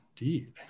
Indeed